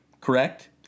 Correct